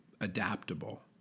adaptable